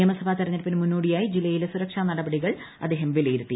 നിയമസഭാ തെരഞ്ഞെടുപ്പിന് മുന്നോടിയായി ജില്ലയിലെ സുരക്ഷാ നടപടികൾ അദ്ദേഹം വിലയിരുത്തി